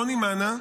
רוני מאנה: